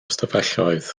stafelloedd